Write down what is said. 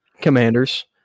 Commanders